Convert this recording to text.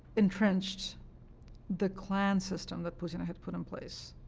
entrenched the clan system that putin had put in place